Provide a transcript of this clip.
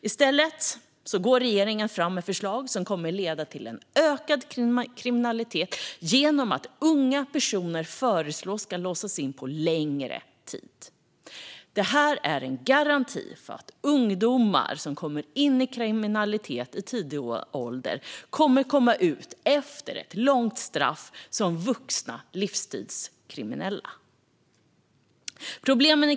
I stället går regeringen fram med förslag som kommer att leda till ökad kriminalitet genom att unga personer ska låsas in på längre tid. Detta är en garanti för att ungdomar som kommer in i kriminalitet i tidig ålder kommer ut efter ett långt straff som vuxna livsstilskriminella.